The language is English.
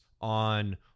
on